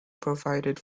provided